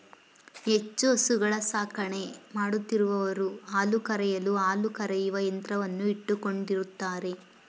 ಹೆಚ್ಚು ಹಸುಗಳ ಸಾಕಣೆ ಮಾಡುತ್ತಿರುವವರು ಹಾಲು ಕರೆಯಲು ಹಾಲು ಕರೆಯುವ ಯಂತ್ರವನ್ನು ಇಟ್ಟುಕೊಂಡಿರುತ್ತಾರೆ